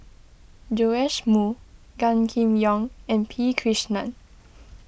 Joash Moo Gan Kim Yong and P Krishnan